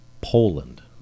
Poland